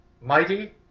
mighty